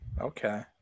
Okay